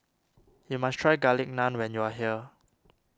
you must try Garlic Naan when you are here